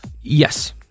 Yes